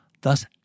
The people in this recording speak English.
thus